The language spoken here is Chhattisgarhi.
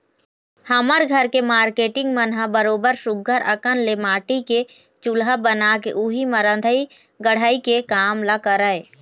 हमर घर के मारकेटिंग मन ह बरोबर सुग्घर अंकन ले माटी के चूल्हा बना के उही म रंधई गड़हई के काम ल करय